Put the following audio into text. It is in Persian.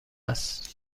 است